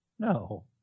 No